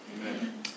Amen